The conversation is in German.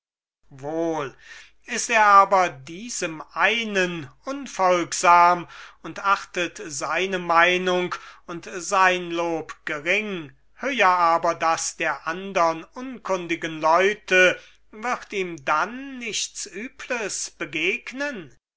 wohl ist er aber diesem einen unfolgsam und achtet seine meinung und sein lob gering höher aber das der andern unkundigen leute wird ihm dann nichts übles begegnen